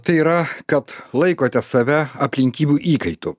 tai yra kad laikote save aplinkybių įkaitu